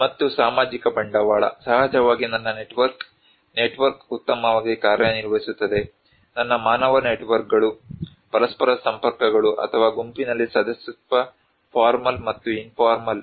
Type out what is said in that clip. ಮತ್ತು ಸಾಮಾಜಿಕ ಬಂಡವಾಳ ಸಹಜವಾಗಿ ನನ್ನ ನೆಟ್ವರ್ಕ್ ನೆಟ್ವರ್ಕ್ ಉತ್ತಮವಾಗಿ ಕಾರ್ಯನಿರ್ವಹಿಸುತ್ತದೆ ನನ್ನ ಮಾನವ ನೆಟ್ವರ್ಕ್ಗಳು ಪರಸ್ಪರ ಸಂಪರ್ಕಗಳು ಅಥವಾ ಗುಂಪಿನಲ್ಲಿ ಸದಸ್ಯತ್ವ ಫಾರ್ಮಲ್ ಮತ್ತು ಇನ್ಫೋರ್ಮಲ್